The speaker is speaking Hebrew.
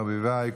ברביבאי,